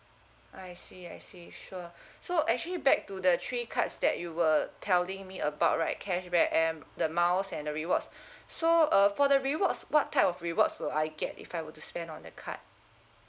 I see I see sure so actually back to the three cards that you were telling me about right cashback air the miles and the rewards so uh for the rewards what type of rewards will I get if I were to spend on the card